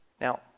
Now